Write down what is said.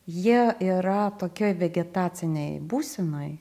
jie yra tokioj vegetacinėj būsenoj